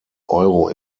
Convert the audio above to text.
euro